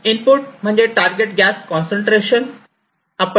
input म्हणजे target gas concentration